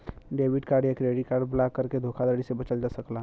debit card या credit card block करके धोखाधड़ी से बचल जा सकला